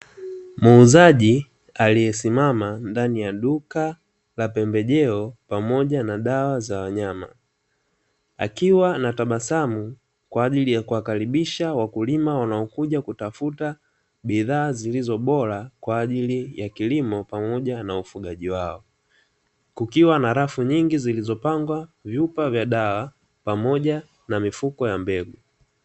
Muuzaji aliyesimama ndani ya duka la pembejeo pamoja na dawa za wanyama; akiwa anatabasamu kwa ajili ya kuwakalibisha wakulima wanaokuja kutafuta bidhaa zilizo bora kwa ajili ya kilimo pamoja na ufugaji wao; kukiwa na rafu nyingi zilizopangwa vyupa vya dawa pamoja na mifuko ya mbegu.